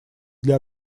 для